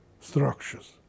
structures